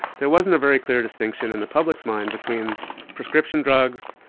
there wasn't a very clear distinction in the public's mind between prescription drugs,